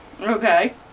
Okay